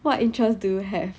what interests do have